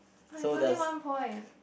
but it's only one point